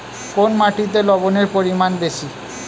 কোন মাটিতে লবণের পরিমাণ বেশি?